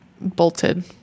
bolted